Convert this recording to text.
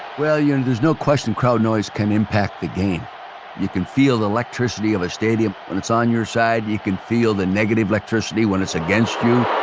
well, and there's no question crowd noise can impact the game you can feel the electricity of a stadium. when it's on your side, you can feel the negative electricity when it's against you.